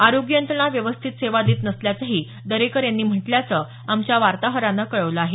आरोग्य यंत्रणा व्यवस्थित सेवा देत नसल्याचंही दरेकर यांनी म्हटल्याचं आमच्या वार्ताहरानं कळवलं आहे